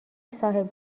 صاحب